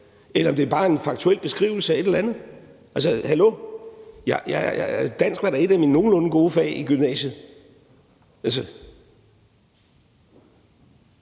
eller om det bare er en faktuel beskrivelse af et eller andet. Altså, hallo! Dansk var da et af mine nogenlunde gode fag i gymnasiet. Kl.